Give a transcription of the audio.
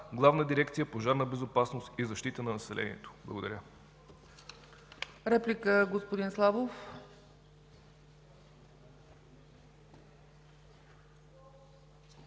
Главна дирекция „Пожарна безопасност и защита на населението”. Благодаря.